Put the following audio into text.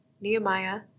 Nehemiah